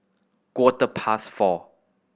quarter past four